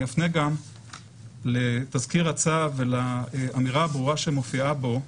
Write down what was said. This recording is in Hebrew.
אני אפנה גם לתזכיר הצו ולאמירה הברורה שמופיעה בו,